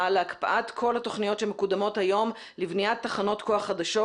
להקפאת כל התוכניות שמקודמות היום לבניית תחנות כוח חדשות